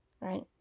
right